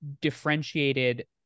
differentiated